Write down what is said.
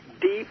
deep